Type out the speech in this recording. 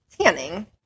tanning